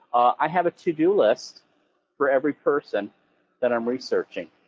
i have a to do list for every person that i'm researching.